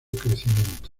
crecimiento